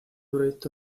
proyecto